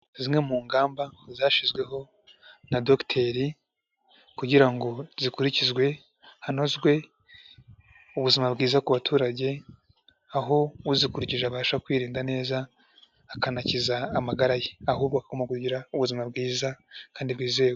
Zimwe mu ngamba zashyizweho na Dogiteri kugira ngo zikurikizwe hanozwe ubuzima bwiza ku baturage, aho uzikurije abasha kwirinda neza akanakiza amagara ye, ahubwo akaguma kugira ubuzima bwiza kandi bwizewe.